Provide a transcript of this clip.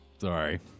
Sorry